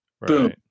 Boom